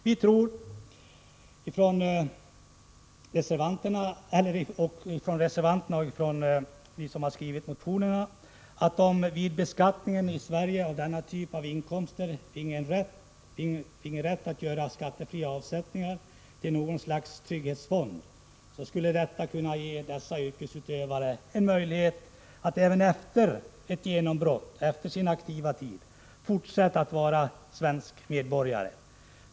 Vi motionärer och reservanter tror att om man vid beskattning i Sverige av denna typ av inkomster fick rätt att göra skattefria avsättningar till någon slags trygghetsfond, skulle detta kunna ge dessa yrkesutövare en möjlighet att även efter ett genombrott och efter sin aktiva tid fortfarande vara svenska medborgare.